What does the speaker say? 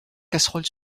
casseroles